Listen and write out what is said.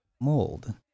Mold